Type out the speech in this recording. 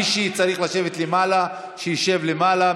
מי שצריך לשבת למעלה שישב למעלה,